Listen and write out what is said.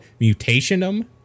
Mutationum